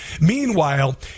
Meanwhile